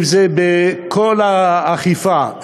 אם זה בכל האכיפה,